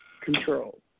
control